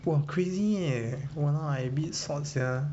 !wah! crazy eh !walao! I meet swan sia